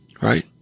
Right